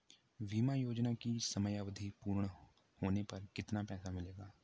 बीमा योजना की समयावधि पूर्ण होने पर कितना पैसा मिलेगा?